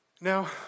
Now